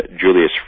Julius